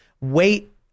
wait